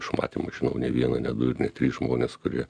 iš matymo žinau ne vieną ne du ir ne tris žmones kurie